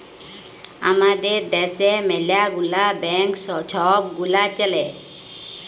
আমাদের দ্যাশে ম্যালা গুলা ব্যাংক ছব গুলা চ্যলে